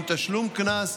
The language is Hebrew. עם תשלום קנס.